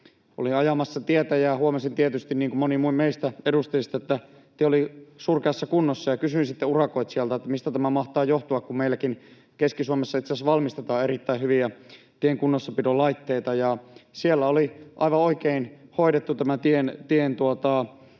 Olin ajamassa tietä ja huomasin tietysti, niin kuin moni muukin meistä edustajista, että tie oli surkeassa kunnossa. Kysyin sitten urakoitsijalta, mistä tämä mahtaa johtua, kun meilläkin Keski-Suomessa itse asiassa valmistetaan erittäin hyviä tien kunnossapidon laitteita. Siellä oli aivan oikein hoidettu tämä tien